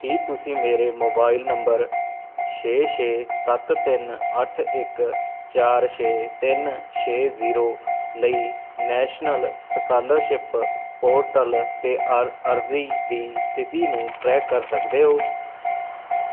ਕੀ ਤੁਸੀਂ ਮੇਰੇ mobile number ਛੇ ਛੇ ਸੱਤ ਤਿੰਨ ਅੱਠ ਇੱਕ ਚਾਰ ਛੇ ਤਿੰਨ ਛੇ ਜ਼ੀਰੋ ਲਈ ਨੈਸ਼ਨਲ ਸਕਾਲਰਸ਼ਿਪ ਪੋਰਟਲ 'ਤੇ ਅਰ ਅਰਜ਼ੀ ਦੀ ਸਥਿਤੀ ਨੂੰ ਟਰੈਕ ਕਰ ਸਕਦੇ ਹੋ